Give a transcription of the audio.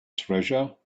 treasure